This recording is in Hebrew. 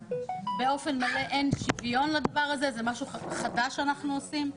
באופן מלא אין שוויון לדבר הזה וזה משהו חדש שאנחנו עושים.